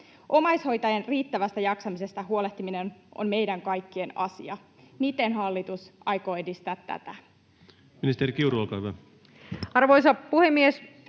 Omaishoitajien riittävästä jaksamisesta huolehtiminen on meidän kaikkien asia. Miten hallitus aikoo edistää tätä? Ministeri Kiuru, olkaa hyvä. Arvoisa puhemies!